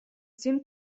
seemed